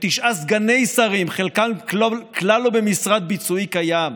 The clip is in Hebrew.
ותשעה סגני שרים, חלקם כלל לא במשרד ביצועי קיים.